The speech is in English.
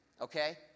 okay